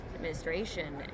Administration